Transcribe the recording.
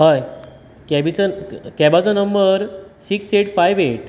हय केबेचो केबाचो number six eight five eight